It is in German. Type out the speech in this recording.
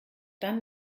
dann